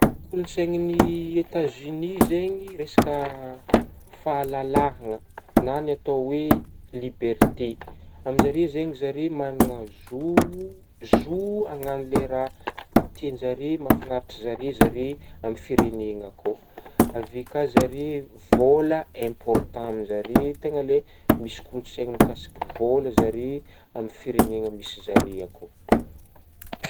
kolontsainagna any Etazonia zegny resaka fahalalahagna na ny atao hoe liberté, amin'zare zegny zare manana zoho-zo anagno le raha tianzare ,mahafinaritra zare zare amin'gny firenegna akao, avy eo ka zare vôla important aminzare tegna le misy kolontsaigna mikasika vôla zare amin'gny firenegna misy zare akao